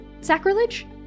sacrilege